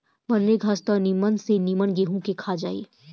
बनरी घास त निमन से निमन गेंहू के खा जाई